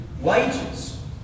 wages